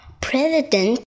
president